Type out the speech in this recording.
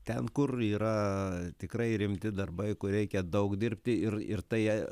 ten kur yra tikrai rimti darbai kur reikia daug dirbti ir ir tai